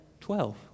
Twelve